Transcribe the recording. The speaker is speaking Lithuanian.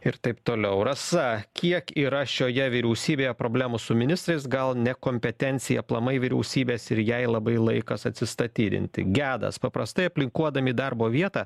ir taip toliau rasa kiek yra šioje vyriausybėje problemų su ministrais gal nekompetencija aplamai vyriausybės ir jai labai laikas atsistatydinti gedas paprastai aplikuodami į darbo vietą